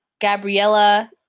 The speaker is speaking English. Gabriella